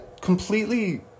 completely